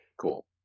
Cool